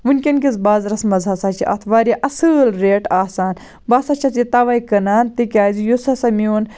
وٕنکیٚن کِس بازرَس مَنٛز ہَسا چھِ اتھ واریاہ اصٕل ریٹ آسان بہٕ ہَسا چھَس یہِ تَوَے کٕنان تکیازِ یُس ہَسا میون